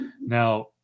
now